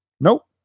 Nope